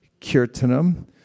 Kirtanam